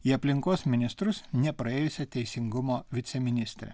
į aplinkos ministrus nepraėjusią teisingumo viceministrę